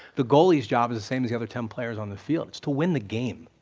the goalie's job is the same as the other ten players on the field, it's to win the game.